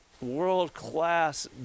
world-class